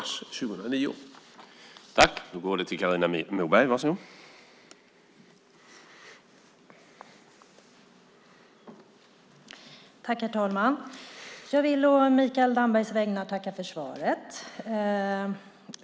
Då Mikael Damberg, som framställt interpellationen, anmält att han var förhindrad att närvara vid sammanträdet medgav förste vice talmannen att Carina Moberg i stället fick delta i överläggningen.